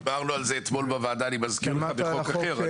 דיברנו על זה אתמול בוועדה בחוק אחר,